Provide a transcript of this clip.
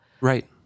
Right